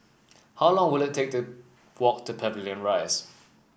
how long will it take to walk to Pavilion Rise